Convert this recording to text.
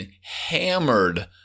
hammered